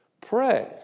pray